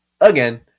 again